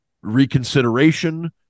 reconsideration